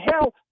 Hell